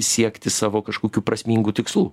siekti savo kažkokių prasmingų tikslų